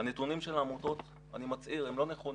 הנתונים של העמותות, אני מצהיר, הם לא נכונים.